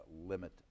Limit